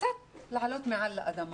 קצת לעלות מעל לאדמה.